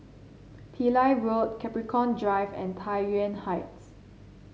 Pillai Road Capricorn Drive and Tai Yuan Heights